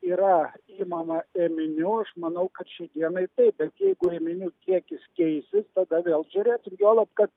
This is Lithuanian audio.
yra imama ėminių aš manau kad šiai dienai taip bet jeigu ėminių kiekis keisis tada vėl žiūrėt ir juolab kad